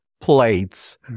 plates